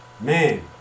Man